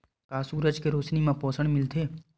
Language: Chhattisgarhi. का सूरज के रोशनी म पोषण मिलथे?